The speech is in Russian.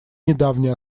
недавнее